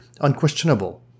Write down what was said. unquestionable